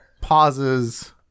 pauses